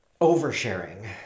oversharing